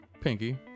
pinky